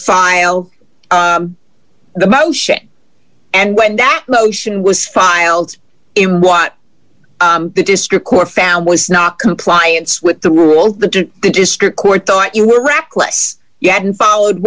file the motion and when that motion was filed in what the district court found was not compliance with the rule that the district court thought you were reckless you hadn't followed